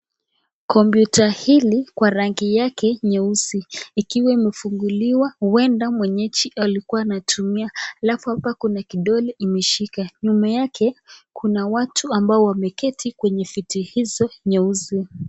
Kompyuta hili kwa rangi yake nyeusi ikiwa imefunguliwa huenda mwenyeji alikua anatumia alafu hapa kuna kidole imeshika nyuma yake kuna watu ambao wameketi kwenye viti hizo nyeusi.